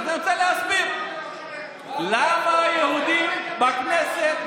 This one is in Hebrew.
אז אני רוצה להסביר למה יהודים בכנסת,